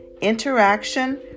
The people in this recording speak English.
interaction